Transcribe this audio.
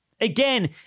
Again